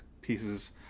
pieces